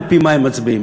על-פי מה הם מצביעים.